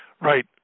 Right